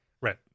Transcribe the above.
right